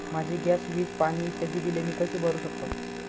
माझी गॅस, वीज, पाणी इत्यादि बिले मी कशी भरु शकतो?